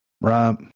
right